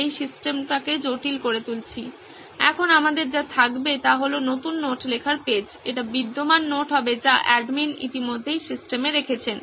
ছাত্র সিদ্ধার্থ এখন আমাদের যা থাকবে তা হল নতুন নোট লেখার পেজ এটি বিদ্যমান নোট হবে যা অ্যাডমিন ইতিমধ্যেই সিস্টেমে রেখেছেন